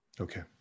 okay